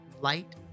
light